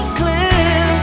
clear